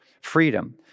freedom